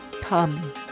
Come